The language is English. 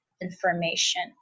information